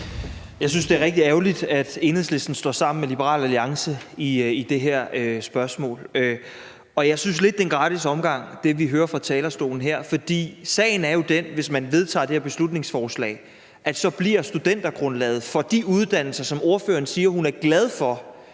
Jeg synes, det er rigtig ærgerligt, at Enhedslisten står sammen med Liberal Alliance i det her spørgsmål. Jeg synes lidt, at det, vi hører fra talerstolen her, er en gratis omgang. For sagen er jo den, at hvis man vedtager det her beslutningsforslag, så bliver det i forhold til de uddannelser, som ordføreren siger hun er glad for